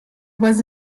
was